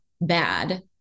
bad